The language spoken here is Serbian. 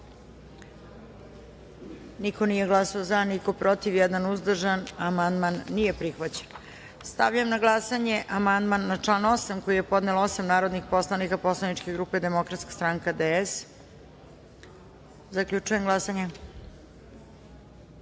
Niko nije glasao za, niko protiv, jedan uzdržan. Amandman nije prihvaćen. Stavljam na glasanje amandman na član 8. koji je podnelo osam narodnih poslanika Poslaničke grupe Demokratska stranka - DS.Zaključujem glasanje: